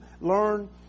learn